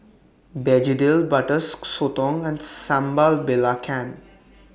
Begedil Butter Sotong and Sambal Belacan